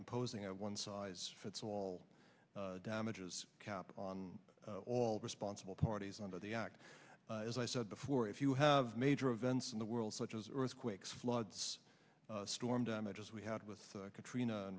imposing a one size fits all damages cap on all responsible parties under the act as i said before if you have major events in the world such as earthquakes floods storm damage as we had with katrina